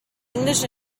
english